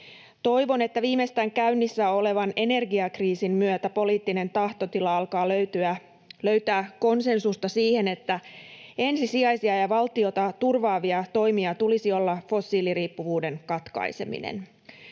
Toivon, että viimeistään käynnissä olevan energiakriisin myötä poliittinen tahtotila alkaa löytää konsensusta siihen, että ensisijaisia ja valtiota turvaavia toimia tulisi olla fossiiliriippuvuuden katkaiseminen.